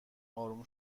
آروم